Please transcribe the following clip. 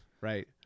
right